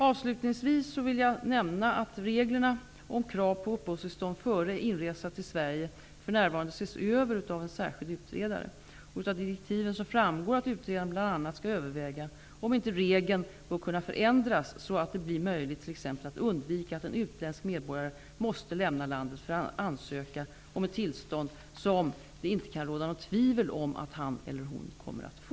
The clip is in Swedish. Avslutningsvis vill jag nämna att reglerna om krav på uppehållstillstånd före inresa till Sverige för närvarande ses över av en särskild utredare. Av direktiven framgår att utredaren bl.a. skall överväga om inte regeln bör kunna förändras så att det blir möjligt t.ex. att undvika att en utländsk medborgare måste lämna landet för att ansöka om ett tillstånd som det inte kan råda något tvivel om att han eller hon kommer att få.